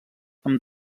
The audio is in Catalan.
amb